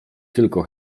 tylko